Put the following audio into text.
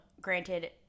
Granted